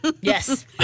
Yes